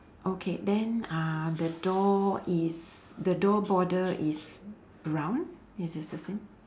okay then uh the door is the door border is brown is this the same